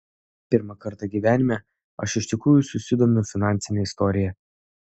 pirmą kartą gyvenime aš iš tikrųjų susidomiu finansine istorija